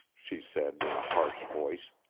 she said in a harsh voice,